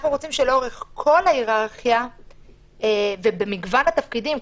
אנחנו רוצים שלאורך כל ההיררכיה ובמגוון התפקידים,